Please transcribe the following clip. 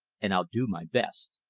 and i'll do my best!